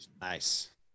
Nice